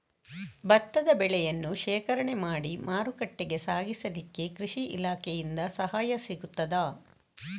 ಭತ್ತದ ಬೆಳೆಯನ್ನು ಶೇಖರಣೆ ಮಾಡಿ ಮಾರುಕಟ್ಟೆಗೆ ಸಾಗಿಸಲಿಕ್ಕೆ ಕೃಷಿ ಇಲಾಖೆಯಿಂದ ಸಹಾಯ ಸಿಗುತ್ತದಾ?